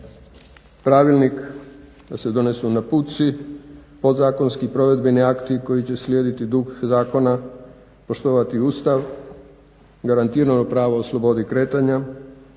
pravilnik da se donesu naputci, podzakonski provedbeni akti koji će slijediti duh zakona, poštovati Ustav, garantirano pravo o slobodi kretanja,